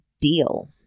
deal